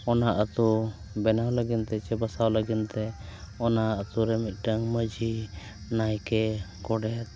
ᱚᱱᱟ ᱟᱛᱳ ᱵᱮᱱᱟᱣ ᱞᱟᱹᱜᱤᱫᱛᱮ ᱥᱮ ᱵᱟᱥᱟᱣ ᱞᱟᱹᱜᱤᱫᱛᱮ ᱚᱱᱟ ᱟᱛᱳᱨᱮ ᱢᱤᱫᱴᱟᱝ ᱢᱟᱺᱡᱷᱤ ᱱᱟᱭᱠᱮ ᱜᱚᱰᱮᱛ